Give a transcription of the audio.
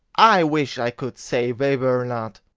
i wish i could say they were not.